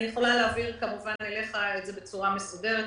אני יכולה להעביר את זה אליך בצורה מסודרת,